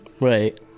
Right